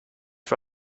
for